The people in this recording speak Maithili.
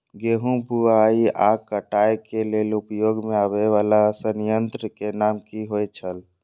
गेहूं बुआई आ काटय केय लेल उपयोग में आबेय वाला संयंत्र के नाम की होय छल?